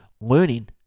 learning